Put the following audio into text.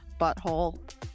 butthole